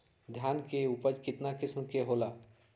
धान के उपज केतना किस्म के होला?